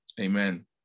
amen